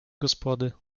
gospody